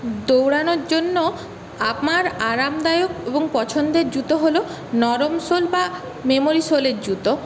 দৌড়ানোর জন্য আমার আরামদায়ক এবং পছন্দের জুতো হল নরম সোল বা মেমোরি সোলের জুতো